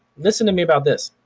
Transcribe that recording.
listen to me about this,